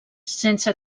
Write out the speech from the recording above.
sense